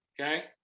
okay